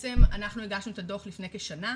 שבעצם אנחנו הגשנו את הדו"ח לפני כשנה.